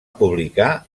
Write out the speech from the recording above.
publicar